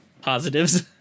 positives